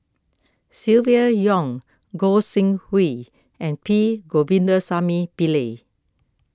Silvia Yong Gog Sing Hooi and P Govindasamy Pillai